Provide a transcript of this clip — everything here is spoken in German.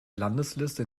landesliste